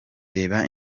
reba